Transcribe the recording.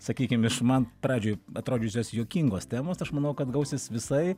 sakykim iš man pradžioj atrodžiusios juokingos temos aš manau kad gausis visai